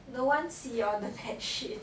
no one see all the bad shit